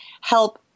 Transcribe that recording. help